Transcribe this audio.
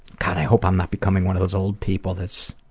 god, i hope i'm not becoming one of those old people that's.